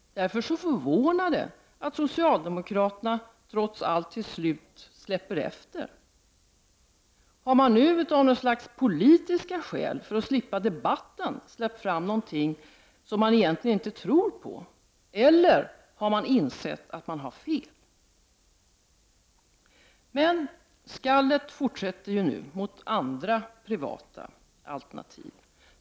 Därför förvånar det att socialdemokraterna trots allt till slut släpper efter. Har man av några slags politiska skäl för att slippa debatten nu släppt fram någonting man egentligen inte tror på, eller har man insett att man har haft fel? Men skallet fortsätter mot andra privata alternativ.